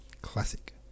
classic